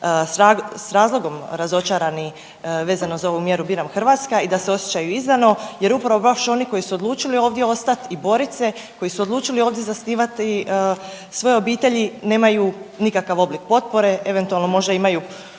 s razlogom razočarani vezano za ovu mjeru „Biram Hrvatsku“ i da se osjećaju izdano jer upravo baš oni koji su odlučili ovdje ostat i borit se, koji su odlučili ovdje zasnivati svoje obitelji nemaju nikakav oblik potpore, eventualno možda imamu